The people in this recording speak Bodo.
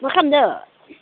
मा खालामदो